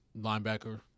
linebacker